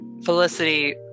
Felicity